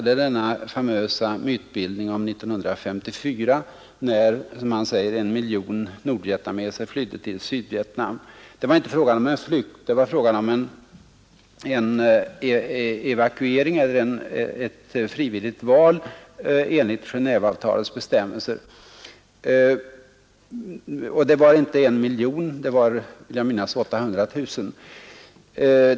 Det är denna famösa mytbildning om 1954 när, som han säger, 1 miljon nordvietnameser flydde till Sydvietnam. Det var inte fråga om en flykt utan om en evakuering eller ett frivilligt val enligt Genéveavtalets bestämmelser. Och det rörde sig inte om 1 miljon utan om 800 000.